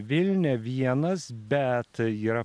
vilnia vienas bet yra